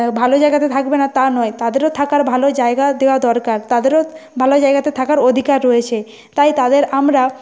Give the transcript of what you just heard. ভালো জায়গাতে থাকবে না তা নয় তাদেরও থাকার ভালো জায়গা দেওয়া দরকার তাদেরও ভালো জায়গাতে থাকার অধিকার রয়েছে তাই তাদের আমরা